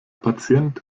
patient